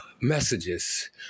messages